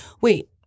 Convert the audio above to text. Wait